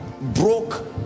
broke